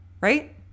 Right